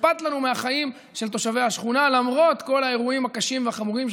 ואכפת לנו מהחיים של תושבי השכונה למרות כל האירועים הקשים והחמורים,